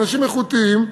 אנשים איכותיים,